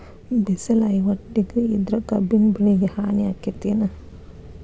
ಬಿಸಿಲ ಐವತ್ತ ಡಿಗ್ರಿ ಇದ್ರ ಕಬ್ಬಿನ ಬೆಳಿಗೆ ಹಾನಿ ಆಕೆತ್ತಿ ಏನ್?